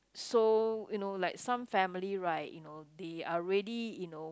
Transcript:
so you know like some family right you know they are really you know